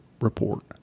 report